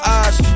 eyes